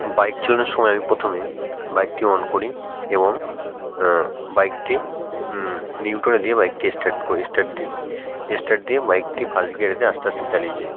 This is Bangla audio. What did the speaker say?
বাইক চালানোর সময় আমি প্রথমে বাইকটি অন করি এবং বাইকটি নিউট্রালে দিয়ে বাইকটি স্টার্ট করি স্টার্ট দিই স্টার্ট দিয়ে বাইকটি ফার্স্ট গিয়ারে দিয়ে আস্তে আস্তে চালিয়ে যাই